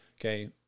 okay